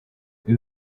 ibi